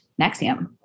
Nexium